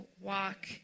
walk